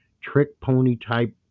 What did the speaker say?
trick-pony-type